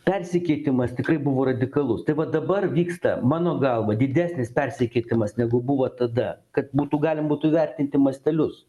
persikeitimas tikrai buvo radikalus tai vat dabar vyksta mano galva didesnis persikeitimas negu buvo tada kad būtų galim būtų įvertinti mastelius